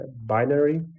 binary